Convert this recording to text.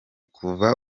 kuva